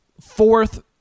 fourth